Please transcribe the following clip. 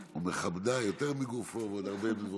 "ומכבדה יותר מגופו", ועוד הרבה דברים.